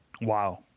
Wow